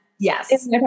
Yes